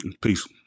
Peace